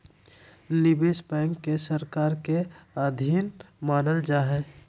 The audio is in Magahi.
निवेश बैंक के सरकार के अधीन मानल जा हइ